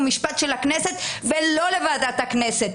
חוק ומשפט של הכנסת ולא לוועדת הכנסת.